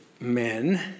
men